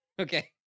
okay